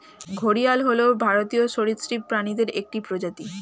ঘড়িয়াল হল ভারতীয় সরীসৃপ প্রাণীদের একটি প্রজাতি